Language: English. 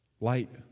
Light